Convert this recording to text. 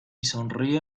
sonríe